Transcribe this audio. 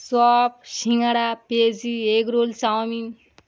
chop singara পেঁয়াজি egg roll chowmein